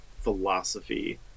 Philosophy